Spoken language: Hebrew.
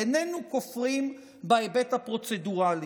איננו כופרים בהיבט הפרוצדורלי.